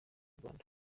rwanda